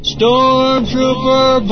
Stormtrooper